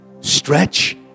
stretch